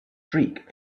streak